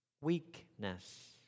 weakness